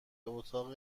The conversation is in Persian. اتاق